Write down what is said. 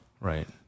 right